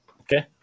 Okay